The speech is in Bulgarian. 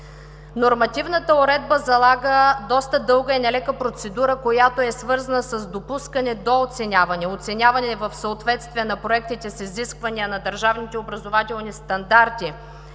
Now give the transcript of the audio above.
Нормативната уредба залага доста дълга и не лека процедура, която е свързана с допускане до оценяване, оценяване в съответствие на проектите с изисквания на държавните образователни стандарти